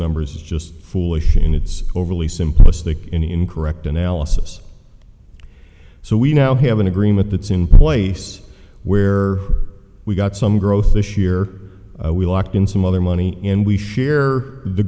numbers just foolish and it's overly simplistic in incorrect analysis so we now have an agreement that's in place where we've got some growth this year we'll act in some other money and we share the